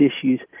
issues